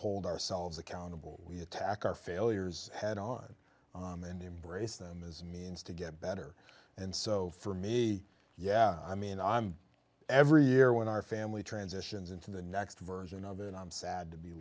hold ourselves accountable we attack our failures head on and embrace them as a means to get better and so for me yeah i mean i'm every year when our family transitions into the next version of it i'm sad to be